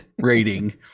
rating